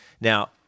Now